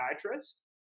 psychiatrist